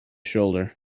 shoulder